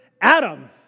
Adam